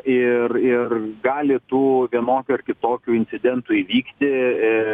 ir ir gali tų vienokių ar kitokių incidentų įvykti